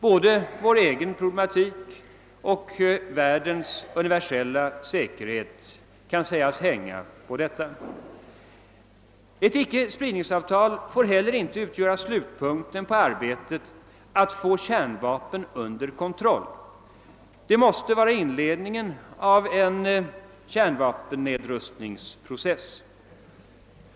Både vår egen ställning och hela världens säkerhet är avhängiga härav. Ett icke-spridningsavtal får heller icke utgöra slutpunkten för arbetet på att få kärnvapnen under kontroll. Det måste vara inledningen till en kärnvapennedrustningsprocess.